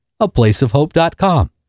aplaceofhope.com